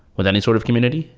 with any sort of community,